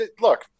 look